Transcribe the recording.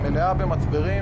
היא מלאה במצברים.